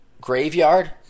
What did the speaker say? Graveyard